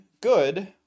good